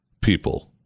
people